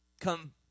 come